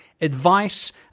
advice